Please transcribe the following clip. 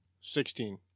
sixteen